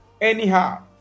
anyhow